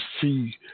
see